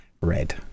red